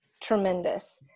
tremendous